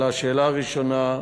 על השאלה הראשונה,